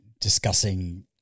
discussing